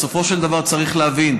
בסופו של דבר, צריך להבין: